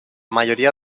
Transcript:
mayoría